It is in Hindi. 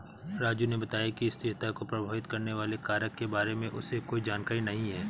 राजू ने बताया कि स्थिरता को प्रभावित करने वाले कारक के बारे में उसे कोई जानकारी नहीं है